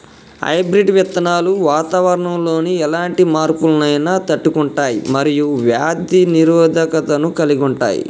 hybrid విత్తనాలు వాతావరణంలోని ఎలాంటి మార్పులనైనా తట్టుకుంటయ్ మరియు వ్యాధి నిరోధకతను కలిగుంటయ్